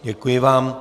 Děkuji vám.